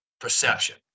perception